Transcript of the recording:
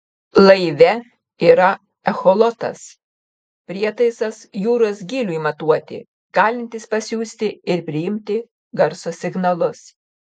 laive yra echolotas prietaisas jūros gyliui matuoti galintis pasiųsti ir priimti garso signalus